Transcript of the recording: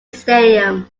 stadium